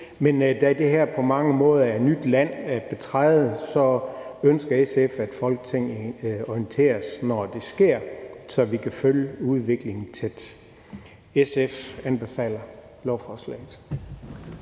Men da det her på mange måder er nyt land, der betrædes, så ønsker SF, at Folketinget orienteres, når det sker, så vi kan følge udviklingen tæt. SF anbefaler lovforslaget.